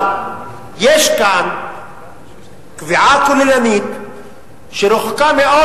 אבל יש כאן קביעה כוללנית שרחוקה מאוד